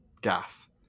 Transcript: gaff